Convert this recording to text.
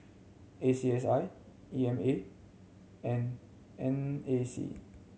A C S I E M A and N A C